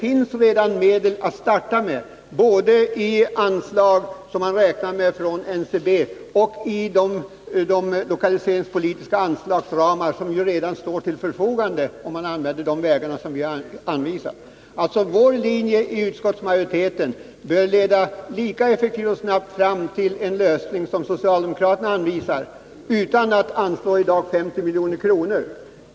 Man får också medel att starta med, både i form av anslag som man räknar med från NCB och i form av anslag inom ramen för de lokaliseringspolitiska medel som står till förfogande. Den linje som har angivits av utskottsmajoriteten bör lika effektivt och snabbt leda fram till en lösning som den väg som socialdemokraterna anvisar, utan att man därför i dag behöver anslå 50 milj.kr.